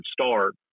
start